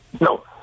No